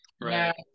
Right